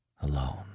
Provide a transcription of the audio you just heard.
alone